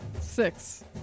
Six